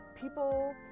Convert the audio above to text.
people